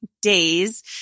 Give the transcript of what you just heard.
days